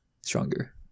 stronger